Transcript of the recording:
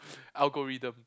algorithm